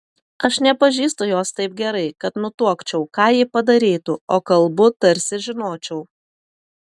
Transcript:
aš nepažįstu jos taip gerai kad nutuokčiau ką ji padarytų o kalbu tarsi žinočiau